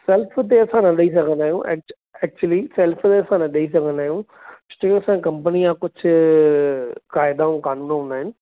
self ते असां न ॾई सघंदा आहियूं एक्चुअली सेल्फ में न ॾई सघंदा आहियूं कंपनीअ जा कुझु क़़ाइदा अऊं क़़ानून हूंदा आहिनि